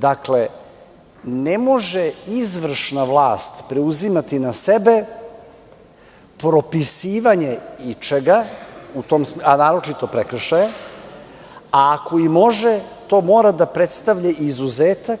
Dakle, ne može izvršna vlast preuzimati na sebe propisivanje ičega, a naročito prekršaja, a ako i može, to mora da predstavlja izuzetak